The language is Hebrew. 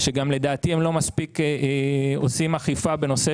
שגם לדעתי הם לא מספיק עושים אכיפה בנושא